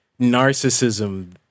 narcissism